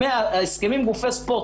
ההסכמים עם גופי ספורט,